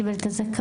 קיבל את הזכאות,